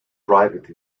private